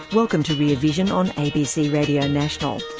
welcome to rear vision on abc radio national.